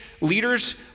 leaders